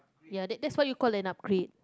ya that that's what you call an upgrade